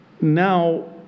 now